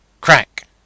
CRACK